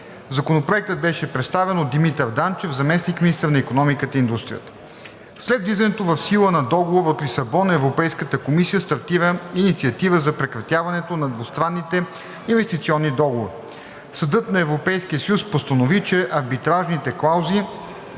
Законопроектът беше представен от Димитър Данчев – заместник-министър на икономиката и индустрията. След влизането в сила на Договора от Лисабон Европейската комисия стартира инициатива за прекратяването на двустранните инвестиционни договори. Съдът на Европейския съюз постанови, че арбитражните клаузи